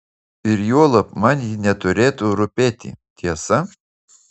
ir juolab man ji neturėtų rūpėti tiesa